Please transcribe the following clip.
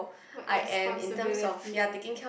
what responsibility that